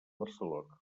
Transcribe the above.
barcelona